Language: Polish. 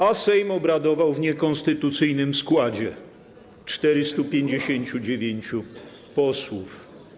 a Sejm obradował w niekonstytucyjnym składzie 459 posłów.